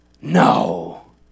no